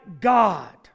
God